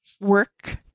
work